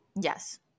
Yes